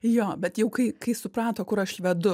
jo bet jau kai kai suprato kur aš vedu